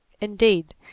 Indeed